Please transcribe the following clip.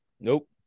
Nope